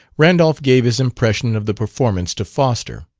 randolph gave his impression of the performance to foster.